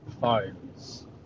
Phones